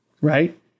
right